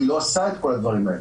היא לא עושה את כל הדברים האלה.